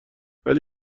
ولی